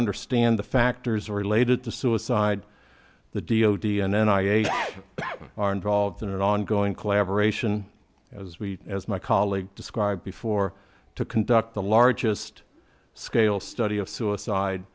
understand the factors are related to suicide the d o d and then i am are involved in an ongoing collaboration as we as my colleague described before to conduct the largest scale study of suicide